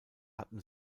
hatten